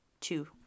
two